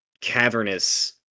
cavernous